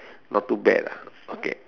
not too bad lah okay